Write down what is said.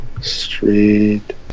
Street